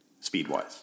speed-wise